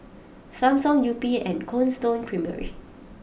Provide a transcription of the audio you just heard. Samsung Yupi and Cold Stone Creamery